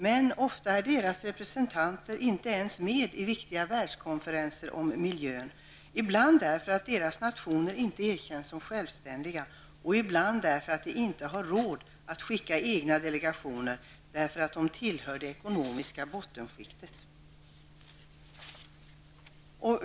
Men ofta är deras representanter inte ens med i viktiga världskonferenser om miljön -- ibland därför att deras nationer inte erkänns som självständiga och ibland därför att de inte har råd att skicka egna delegationer, eftersom nationerna tillhör det ekonomiska bottenskiktet.